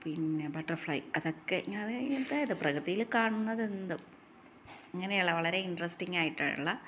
പിന്നെ ബട്ടര്ഫ്ലൈ അതൊക്കെ ഇങ്ങനെ ഇങ്ങനത്തേത് പ്രകൃതിയിൽ കാണുന്നത് എന്തും ഇങ്ങനെയുള്ള വളരെ ഇന്ട്രസ്റ്റിങ്ങായിട്ടുള്ള